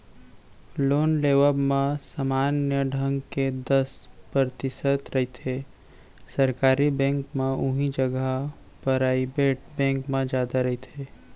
loan लेवब म समान्य ढंग ले दस परतिसत रहिथे सरकारी बेंक म उहीं जघा पराइबेट बेंक म जादा रहिथे